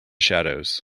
shadows